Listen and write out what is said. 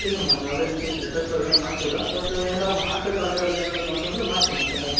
ಇಲ್ಲ ಮೇಡಮ್ ಯಾವುದೇ ರೀತಿ ಬ್ಲಡ್ ಟೆಸ್ಟ್ ಅವೇನೂ ಮಾಡಿಸಿಲ್ಲ ಬಟ್ ಏನಾರ ಮಾಡ್ಸ್ಬೇಕಾಗಿರೋದು ಏನಾದರೂ ಬಂತಂದರೆ ಮಾಡಿಸ್ತೀನಂತೆ ಮೇಡಮ್